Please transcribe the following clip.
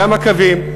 גם הקווים,